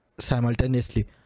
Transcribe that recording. simultaneously